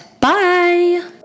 Bye